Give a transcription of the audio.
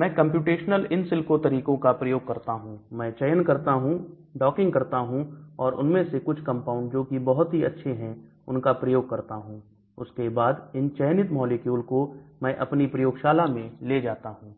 मैं कंप्यूटेशनल इनसिल्को तरीकों का प्रयोग करता हूं मैं चयन करता हूं डॉकिंग करता हूं और उनमें से कुछ कंपाउंड जोकि बहुत ही अच्छे हैं उनका प्रयोग करता हूं उसके बाद इन चयनित मॉलिक्यूल को मैं अपनी प्रयोगशाला में ले जाता हूं